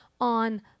on